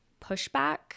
pushback